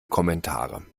kommentare